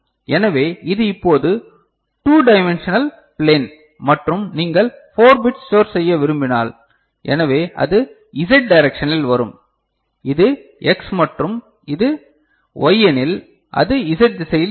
எனவே இது இப்போது 2 டைமேன்ஷனல் ப்ளேன் மற்றும் நீங்கள் 4 பிட் ஸ்டோர் செய்ய விரும்பினால் எனவே அது z டைரேக்ஷனில் வரும் இது x மற்றும் இது y எனில் அது z திசையில் இருக்கும்